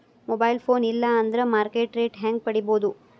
Mobile phone ಇಲ್ಲಾ ಅಂದ್ರ market rate ಹೆಂಗ್ ಪಡಿಬೋದು?